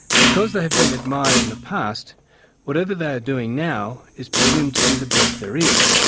because they have been admired in the past whatever they are doing now is presumed to be the best there is.